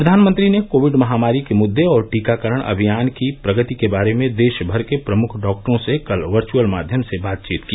प्रधानमंत्री ने कोविड महामारी के मुद्दे और टीकाकरण अभियान की प्रगति के बारे में देशभर के प्रमुख डॉक्टरों से कल वर्वअल माध्यम से बातचीत की